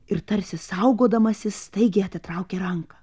ir tarsi saugodamasis staigiai atitraukė ranką